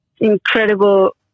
incredible